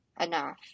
enough